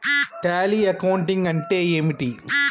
Tally accounting అంటే ఏమిటి?